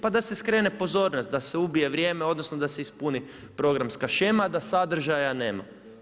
Pa da se skrene pozornost, da se ubije vrijeme odnosno, da se ispuni programska shema, a da sadržaja nema.